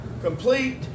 Complete